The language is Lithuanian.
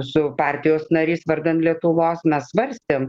su partijos nariais vardan lietuvos mes svarstėm